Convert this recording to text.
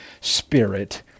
Spirit